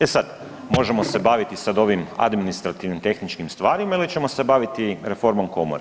E sad, možemo se baviti sad ovim administrativnim, tehničkim stvarima ili ćemo se baviti reformom komore.